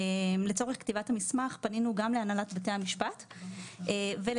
לצורך כתיבת המסמך פנינו גם להנהלת בתי המשפט ולנציבות